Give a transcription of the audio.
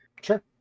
Sure